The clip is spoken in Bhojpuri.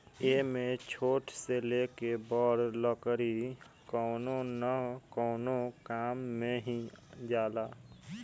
एमे छोट से लेके बड़ लकड़ी कवनो न कवनो काम मे ही जाला